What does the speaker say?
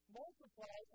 multiply